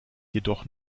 jedoch